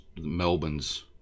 Melbourne's